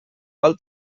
val